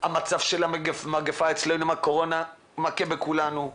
מגפת הקורונה מכה בכולנו,